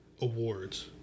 awards